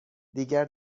دیگر